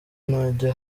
najya